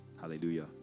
Hallelujah